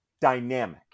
dynamic